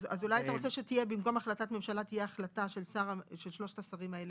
אז אולי במקום החלטת ממשלה תהיה החלטה של שלושת השרים האלה?